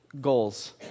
goals